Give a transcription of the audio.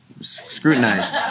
scrutinized